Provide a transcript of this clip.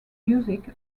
music